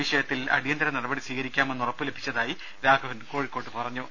വിഷയത്തിൽ അടിയന്തിര നടപടി സ്വീകരിക്കാമെന്ന് ഉറപ്പു ലഭിച്ചതായി രാഘവൻ കോഴിക്കോട്ട് പറഞ്ഞു